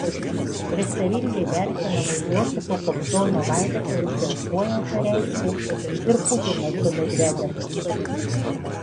prieštaringai vertinamo josifo kobzono laidotuvėse užuojautą reiškė ir putinas su medvedevu